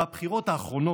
בבחירות האחרונות,